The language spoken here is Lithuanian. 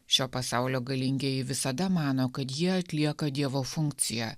šio pasaulio galingieji visada mano kad jie atlieka dievo funkciją